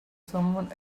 someone